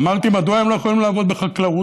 אמרתי: מדוע הם לא יכולים לעבוד בחקלאות,